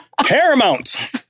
paramount